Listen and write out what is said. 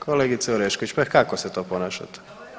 Kolegice Orešković, pa kako se to ponašate?